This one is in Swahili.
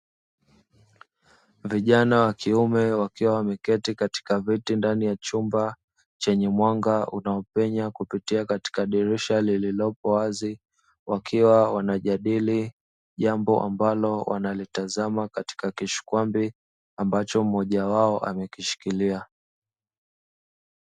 Vijana wa kiume wakiwa wameketi katika viti ndani ya chumba chenye mwanga, unaopita katika dirisha lililo wazi wakiwa wanajadili jambo ambalo wanalitazama katika kishikwambi ambacho mmoja wao amekishikilia.